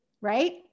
Right